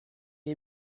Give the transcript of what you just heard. est